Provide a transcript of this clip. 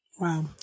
Wow